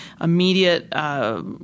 immediate